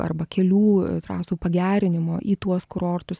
arba kelių trasų pagerinimo į tuos kurortus